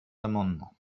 amendement